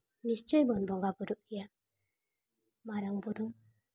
ᱟᱨ ᱱᱤᱥᱪᱚᱭ ᱵᱚᱱ ᱵᱚᱸᱜᱟ ᱵᱩᱨᱩᱜ ᱜᱮᱭᱟ ᱢᱟᱨᱟᱝ ᱵᱩᱨᱩ